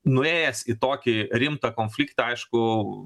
nuėjęs į tokį rimtą konfliktą aišku